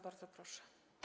Bardzo proszę.